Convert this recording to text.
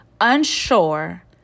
unsure